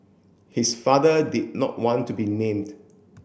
his father did not want to be named